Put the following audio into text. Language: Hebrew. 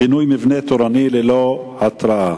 פינוי מבנה תורני ללא התראה.